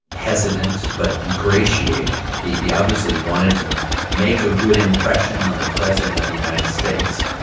hesitant but ingratiating. he obviously wanted to make a good impression on the president of the united states.